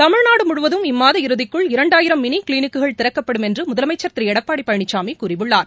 தமிழகம் முழுவதும் இம்மாத இறுதிக்குள் இரண்டாயிரம் மினி கிளினிக்குகள் திறக்கப்படும் என்று முதலமைச்சர் திரு எடப்பாடி பழனிசாமி கூறியுள்ளார்